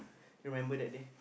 you remember that day